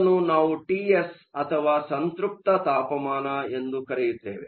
ಅದನ್ನು ನಾವು ಟಿಎಸ್ ಅಥವಾ ಸಂತ್ರಪ್ತ ತಾಪಮಾನ ಎಂದು ಕರೆಯುತ್ತೇವೆ